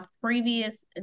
previous